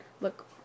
look